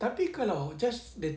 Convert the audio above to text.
tapi kalau just the